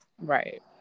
Right